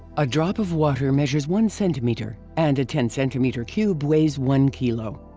a drop of water measures one centimeter and a ten centimeter cube weighs one kilo.